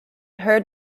heard